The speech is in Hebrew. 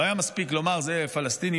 לא היה מספיק לומר: זה פלסטיניות.